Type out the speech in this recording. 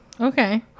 Okay